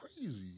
crazy